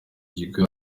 kigo